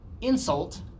insult